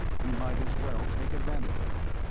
he might as well take advantage of it.